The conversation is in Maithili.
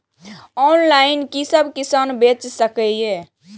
ऑनलाईन कि सब किसान बैच सके ये?